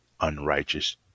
Unrighteous